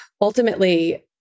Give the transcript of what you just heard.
ultimately